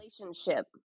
Relationship